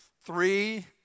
three